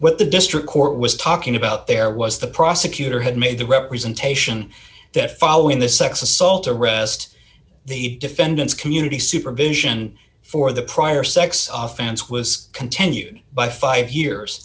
what the district court was talking about there was the prosecutor had made the representation that following the sex assault arrest the defendant's community supervision for the prior sex offense was continued by five years